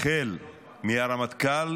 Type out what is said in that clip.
החל ברמטכ"ל